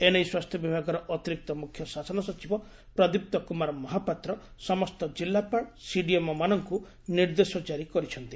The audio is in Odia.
ଏ ନେଇ ସ୍ ଅତିରିକ୍ତ ମୁଖ୍ୟ ଶାସନ ସଚିବ ପ୍ରଦୀପ୍ତ କୁମାର ମହାପାତ୍ର ସମସ୍ତ ଜିଲ୍ଲାପାଳ ଓ ସିଡିଏମ୍ଓମାନଙ୍କୁ ନିର୍ଦ୍ଦେଶ ଜାରି କରିଛନ୍ତି